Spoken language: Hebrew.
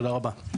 תודה רבה.